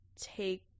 take